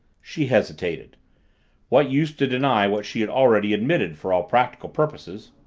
she hesitated what use to deny what she had already admitted, for all practical purposes.